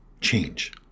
change